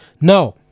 now